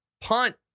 punt